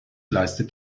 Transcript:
leistet